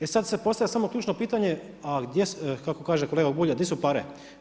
E sad se postavlja samo ključno pitanje, a gdje, kako kaže kolega Bulj – A di su pare?